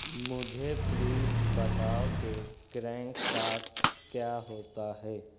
مجھے پلیز بتاؤ کہ کرینک شافٹ کیا ہوتا ہے